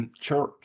church